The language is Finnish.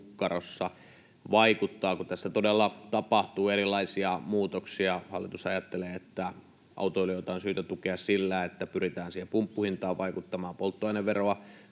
vaikuttaa, kun tässä todella tapahtuu erilaisia muutoksia. Hallitus ajattelee, että autoilijoita on syytä tukea sillä, että pyritään siihen pumppuhintaan vaikuttamaan polttoaineveroa